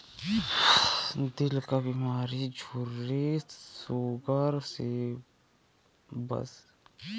दिल क बीमारी झुर्री सूगर सबे मे फायदा करेला